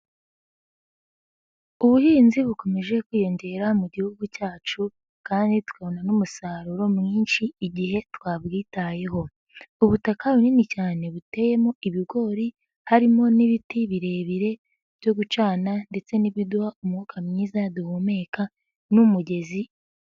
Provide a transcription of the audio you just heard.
Ubuhinzi bukomeje kwiyongera mu gihugu cyacu kandi tukabona n'umusaruro mwinshi igihe twabwitayeho, ubutaka bunini cyane buteyemo ibigori harimo n'ibiti birebire byo gucana ndetse n'ibiduha umwuka mwiza duhumeka n'umugezi.